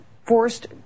Forced